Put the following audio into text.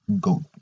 goat